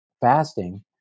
fasting